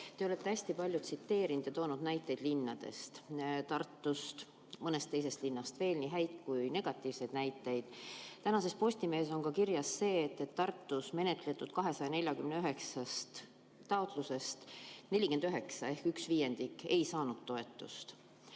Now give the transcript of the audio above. Te olete hästi palju toonud näiteid linnadest, Tartust ja mõnest teisest linnast veel, nii häid kui ka negatiivseid näiteid. Tänases Postimehes on kirjas see, et Tartus menetletud 249-st taotlusest 49 ehk üks viiendik ei saanud toetust.